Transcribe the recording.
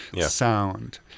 sound